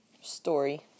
story